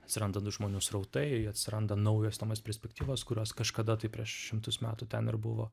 atsiranda žmonių srautai atsiranda naujos įdomios perspektyvos kurios kažkada tai prieš šimtus metų ten ir buvo